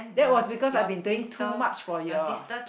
that was because I've been doing too much for you all